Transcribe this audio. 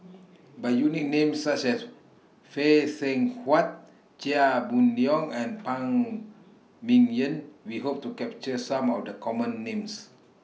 By using Names such as Phay Seng Whatt Chia Boon Leong and Phan Ming Yen We Hope to capture Some of The Common Names